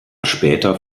später